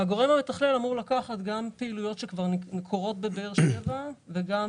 הגורם המתכלל אמור לקחת גם פעילויות שכבר קורות בבאר שבע וגם